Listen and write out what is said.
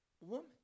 woman